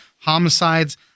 homicides